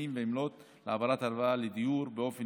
תנאים ועמלות להעברת הלוואה לדיור באופן